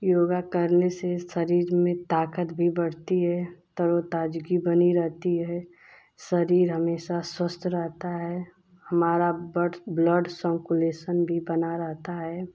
योगा करने से शरीर में ताक़त भी बढ़ती है तरोताज़गी बनी रहती है शरीर हमेशा स्वस्थ रहता है हमारा ब्लड् सर्कुलेसन भी बना रहता है